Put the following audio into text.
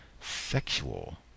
sexual